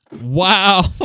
Wow